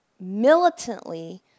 militantly